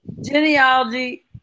genealogy